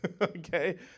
okay